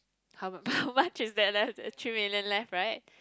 how how much is that left a three million left right